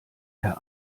herr